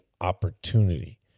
opportunity